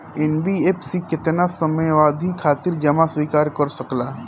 NBFC केतना समयावधि खातिर जमा स्वीकार कर सकला?